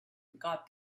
got